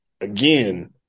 again